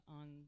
on